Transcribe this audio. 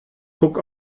puck